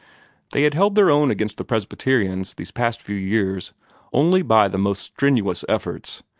they had held their own against the presbyterians these past few years only by the most strenuous efforts,